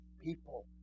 people